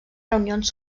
reunions